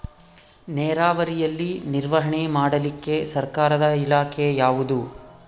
ನೇರಾವರಿಯಲ್ಲಿ ನಿರ್ವಹಣೆ ಮಾಡಲಿಕ್ಕೆ ಸರ್ಕಾರದ ಇಲಾಖೆ ಯಾವುದು?